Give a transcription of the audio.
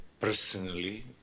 personally